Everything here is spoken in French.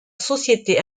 société